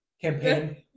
campaign